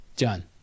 John